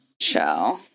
show